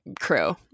crew